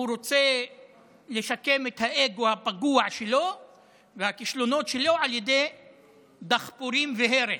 הוא רוצה לשקם את האגו הפגוע שלו והכישלונות שלו על ידי דחפורים והרס.